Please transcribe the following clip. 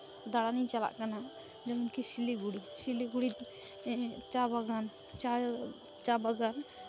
ᱫᱟᱬᱟᱱᱤᱧ ᱪᱟᱞᱟᱜ ᱠᱟᱱᱟ ᱡᱮᱢᱚᱱᱠᱤ ᱥᱤᱞᱤᱜᱩᱲᱤ ᱥᱤᱞᱤᱜᱩᱲᱤ ᱪᱟ ᱵᱟᱜᱟᱱ ᱪᱟ ᱵᱟᱜᱟᱱ